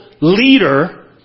leader